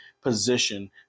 position